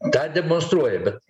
tą demonstruoja bet